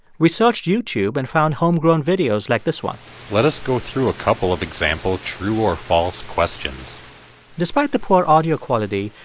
we searched youtube and found homegrown videos like this one let us go through a couple of example true-or-false questions despite the poor audio quality,